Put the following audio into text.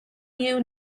you